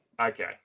Okay